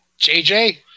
JJ